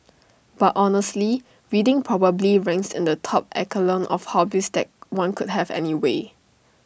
but honestly reading probably ranks in the top echelon of hobbies that one could have anyway